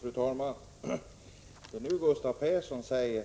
Fru talman! Gustav Persson säger